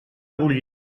bullir